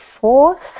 fourth